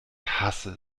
hasse